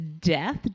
Death